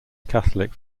catholic